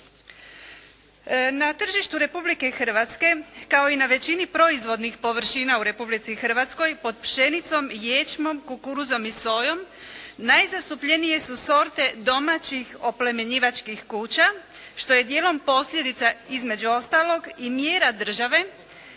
Na tržištu Republike Hrvatske kao i na većini proizvodnih površina u Republici Hrvatskoj, pod pšenicom, ječmom, kukuruzom i sojom najzastupljenije su sorte domaćih oplemenjivačkih kuća što je dijelom posljedica između ostalog i mjera države